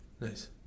Nice